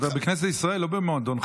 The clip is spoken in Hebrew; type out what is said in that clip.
אתה בכנסת ישראל, לא במועדון חברים.